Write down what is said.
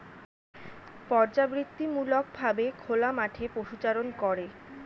পর্যাবৃত্তিমূলক ভাবে খোলা মাঠে পশুচারণ করে